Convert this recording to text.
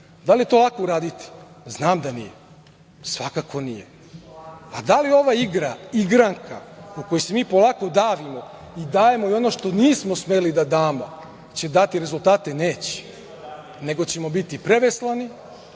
Da li je to lako uraditi? Znam da nije, svakako nije, a da li će ova igra, igranka u kojoj se mi polako davimo i dajemo ono što nismo smeli da damo, dati rezultate? Neće. Bićemo preveslani